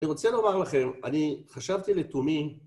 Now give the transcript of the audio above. אני רוצה לומר לכם, אני חשבתי לתומי...